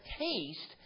taste